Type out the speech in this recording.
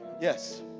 Yes